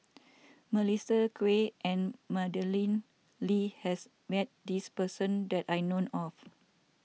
Melissa Kwee and Madeleine Lee has met this person that I know of